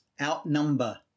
outnumber